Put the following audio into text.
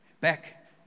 Back